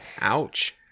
Ouch